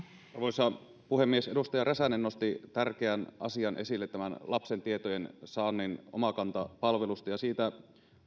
arvoisa puhemies edustaja räsänen nosti tärkeän asian esille lapsen tietojen saannin omakanta palvelusta ja siitä